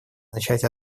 начинать